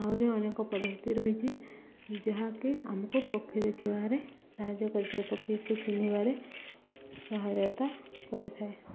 ଆହୁରି ଅନେକ ପଦ୍ଧତି ରହିଛି ଯାହାକି ଆମକୁ ପକ୍ଷୀ ଦେଖିବାରେ ସାହାଯ୍ୟ କରିଥାଏ ପକ୍ଷୀକୁ ଚିହ୍ନିବାରେ ସହାୟତା କରିଥାଏ